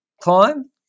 climb